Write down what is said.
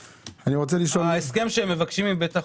ההסכם שמבקשים מבית החולים,